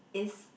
is